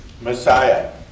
Messiah